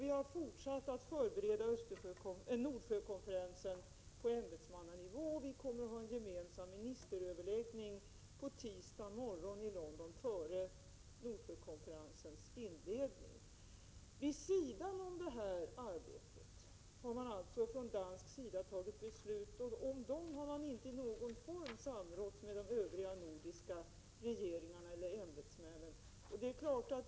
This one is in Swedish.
Vi har fortsatt att förbereda Nordsjökonferensen på ämbetsmannanivå, och vi kommer att ha en gemensam ministeröverläggning på tisdag morgon i London före Nordsjökonferensens inledning. Vid sidan om detta arbete har man alltså fattat beslut från dansk sida, och om dessa har man inte i någon form samrått med de övriga nordiska regeringarna eller ämbetsmännen.